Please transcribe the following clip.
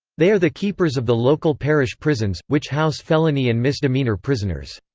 they are the keepers of the local parish prisons, which house felony and misdemeanor prisoners.